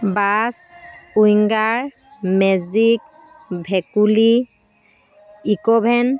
bus Winger Magic ভেকুলী Eeco van